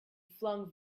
flung